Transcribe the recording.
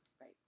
Right